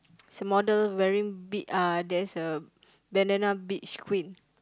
it's a model wearing be~ uh there's a bandana beach queen